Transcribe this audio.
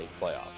playoffs